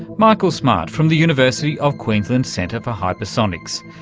michael smart from the university of queensland's centre for hypersonics.